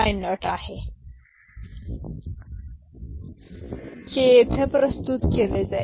हे येथे प्रस्तुत केले जाईल